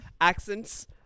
accents